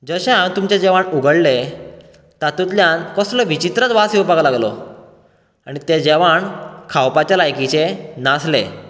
जशें हांवें तुमचें जेवण उघडले तातुंतल्यान कसलो विचीत्रच वास योवपाक लागलो आनी तें जेवण खांवपाच्या लायकीचें नासलें